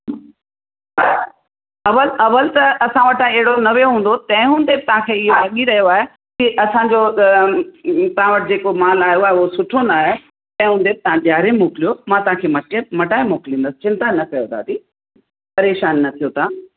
अवल अवल त असां वटा अहिड़ो न वियो हूंदो तंहिं हूंदे बि तव्हांखे इहो लॻी रहियो आहे की असांजो तव्हां वटि जेको माल आयो आहे हो सुठो न आहे तंहिं हूंदे तव्हां ॾेयारे मोकिलियो मां तव्हांखे मटे मटाइ मोकिलिंदासि चिंता न कयो दादी परेशानु न थियो तव्हां